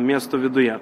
miesto viduje